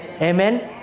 Amen